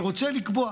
אני רוצה לקבוע